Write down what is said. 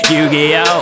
Yu-Gi-Oh